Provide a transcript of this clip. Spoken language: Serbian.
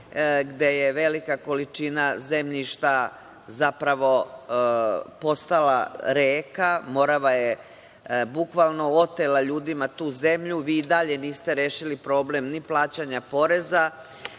gde je velika količina zemljišta zapravo postala reka. Morava je bukvalno otela ljudima tu zemlju, vi i dalje niste rešili problem ni plaćanja poreza